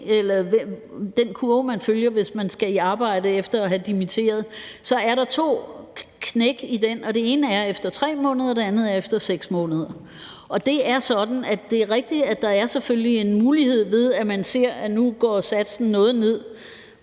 eller den kurve, man følger, hvis man skal i arbejde efter at have dimitteret, er der to knæk i den. Det ene er efter 3 måneder, det andet er efter 6 måneder. Det er sådan, at det er rigtigt, at der selvfølgelig er en mulighed ved, at man ser, at nu går satsen noget ned,